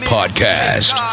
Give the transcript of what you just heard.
Podcast